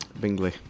Bingley